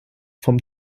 vom